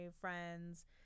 friends